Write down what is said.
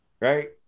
Right